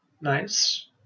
nice